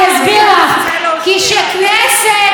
אני אסביר לך: כי כשכנסת